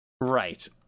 Right